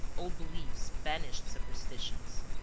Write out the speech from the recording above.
old beliefs, banished superstitions.